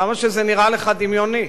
כמה שזה נראה לך דמיוני,